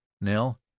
Nell